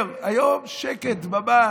היום, שקט, דממה